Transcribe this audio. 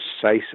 precise